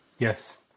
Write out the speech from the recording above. Yes